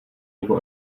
nebo